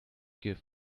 give